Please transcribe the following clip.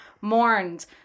mourned